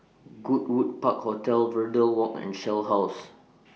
Goodwood Park Hotel Verde Walk and Shell House